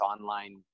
online